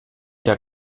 der